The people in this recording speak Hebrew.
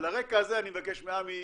על הרקע הזה אני מבקש מעמי,